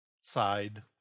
side